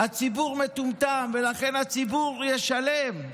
"הציבור מטומטם ולכן הציבור ישלם.